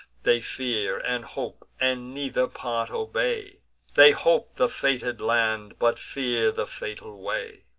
they fear, and hope, and neither part obey they hope the fated land, but fear the fatal way.